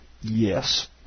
Yes